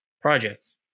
projects